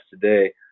today